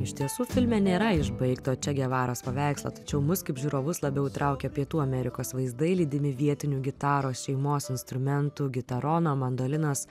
iš tiesų filme nėra išbaigto če gevaros paveikslo tačiau mus kaip žiūrovus labiau traukia pietų amerikos vaizdai lydimi vietinių gitaros šeimos instrumentų gitarono mandolinos